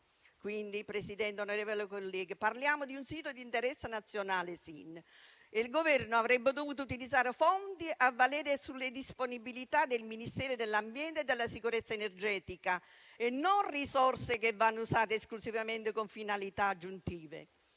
aggiuntiva. Presidente, onorevoli colleghi, parliamo di un sito di interesse nazionale SIN e il Governo avrebbe dovuto utilizzare fondi a valere sulle disponibilità del Ministero dell'ambiente e della sicurezza energetica e non risorse che vanno usate esclusivamente con finalità aggiuntive.